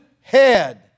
head